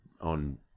on